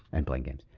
and playing games.